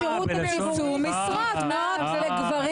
בלשון זכר בלוחות